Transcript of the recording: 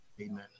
Amen